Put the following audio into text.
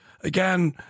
Again